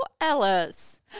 alice